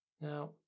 Now